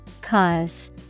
Cause